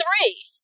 three